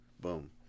boom